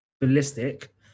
ballistic